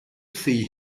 see